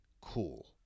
cool